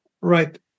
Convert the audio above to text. Right